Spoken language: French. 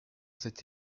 cette